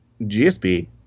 GSP